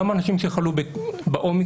גם אנשים שחלו באומיקרון,